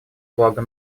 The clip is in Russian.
благо